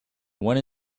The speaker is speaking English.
when